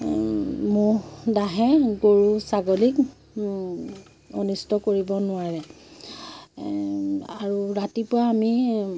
মহ দাহে গৰু ছাগলীক অনিষ্ট কৰিব নোৱাৰে আৰু ৰাতিপুৱা আমি